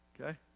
okay